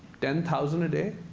ten thousand a day?